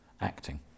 acting